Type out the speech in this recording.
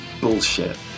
bullshit